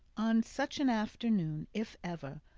on such an afternoon, if ever,